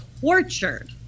tortured